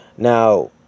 Now